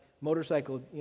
motorcycle